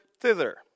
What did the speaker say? thither